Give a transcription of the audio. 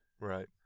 Right